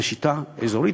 בשיטה אזורית.